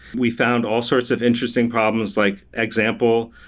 we found all sorts of interesting problems. like, example,